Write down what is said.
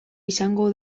izango